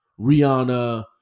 Rihanna